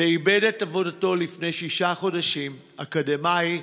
ואיבד את עבודתו לפני שישה חודשים, אקדמאי,